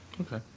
Okay